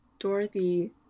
Dorothy